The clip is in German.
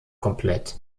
komplett